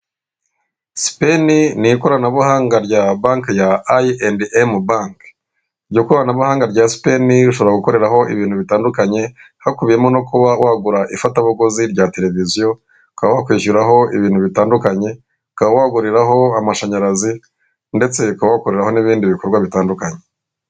Speni ni ikoranabuhanga rya banki ya Ayiendemu banki. Iryo koranabuhanga rya sipeni ushobora gukoreraho ibintu bitandukanye, hakubiyemo no kuba wagura ifatabuguzi rya televiziyo, ukaba kwishyuriraho ibintu bitandukanye, ukaba waguriraho amashanyarazi, ndetse ukaba wakorera n'ibindi bikorwa bitandukanye.